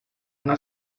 una